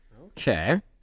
Okay